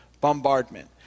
bombardment